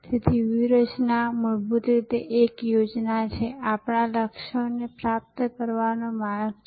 તેથી વ્યૂહરચના મૂળભૂત રીતે તે એક યોજના છે આપણા લક્ષ્યોને પ્રાપ્ત કરવાનો માર્ગ છે